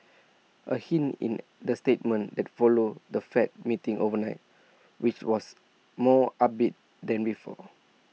A hint in the statement that followed the fed meeting overnight which was more upbeat than before